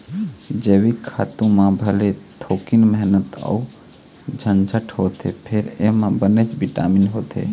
जइविक खातू म भले थोकिन मेहनत अउ झंझट होथे फेर एमा बनेच बिटामिन होथे